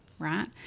Right